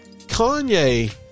Kanye